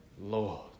Lord